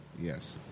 Yes